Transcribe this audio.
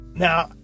Now